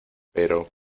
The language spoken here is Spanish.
pero